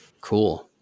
Cool